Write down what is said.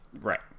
Right